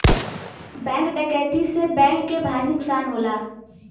bank डकैती से bank के भारी नुकसान होला